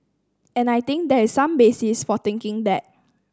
and I think there is some basis for thinking that